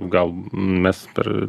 gal mes per